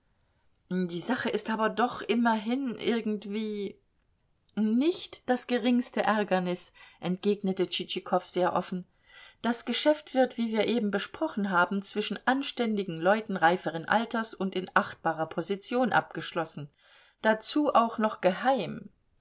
die sache ist aber doch immerhin irgendwie nicht das geringste ärgernis entgegnete tschitschikow sehr offen das geschäft wird wie wir eben besprochen haben zwischen anständigen leuten reiferen alters und in achtbarer position abgeschlossen dazu auch noch geheim